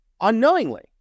unknowingly